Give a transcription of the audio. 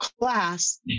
class